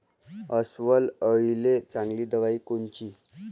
अस्वल अळीले चांगली दवाई कोनची?